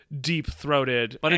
deep-throated